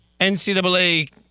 NCAA